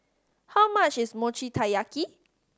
how much is Mochi Taiyaki